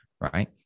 right